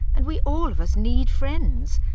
and we all of us need friends.